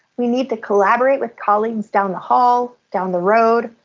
we need to collaborate with colleagues down the hall, down the road,